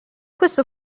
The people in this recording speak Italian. questo